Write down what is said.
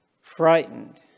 frightened